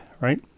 right